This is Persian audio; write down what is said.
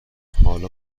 حالا